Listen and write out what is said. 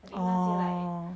oh